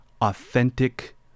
authentic